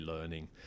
learning